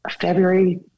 February